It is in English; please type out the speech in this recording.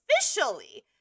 officially